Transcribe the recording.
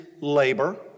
labor